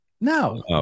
no